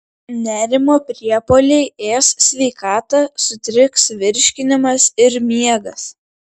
nerimo priepuoliai ės sveikatą sutriks virškinimas ir miegas